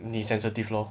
你 sensitive lor